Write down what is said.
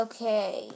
Okay